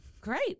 Great